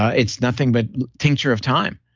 it's nothing but tincture of time.